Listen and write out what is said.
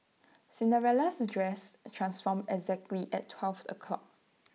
Cinderella's dress transformed exactly at twelve o'clock